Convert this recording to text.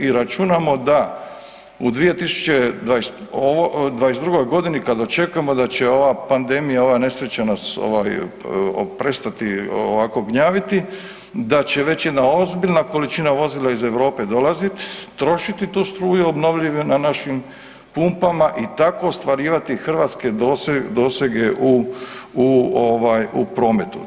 I računamo da u 2022. godini kad očekujemo da će ova pandemija, ova nesreća nas ovaj prestati ovako gnjaviti, da će već jedna ozbiljna količina vozila iz Europe dolaziti, trošiti tu struju obnovljive na našim pumpama i tako ostvarivati hrvatske dosege u, u ovaj, u prometu.